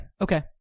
okay